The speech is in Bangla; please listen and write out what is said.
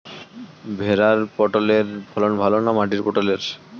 ভেরার পটলের ফলন ভালো না মাটির পটলের?